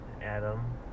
Adam